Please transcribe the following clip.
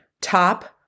top